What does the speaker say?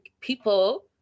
people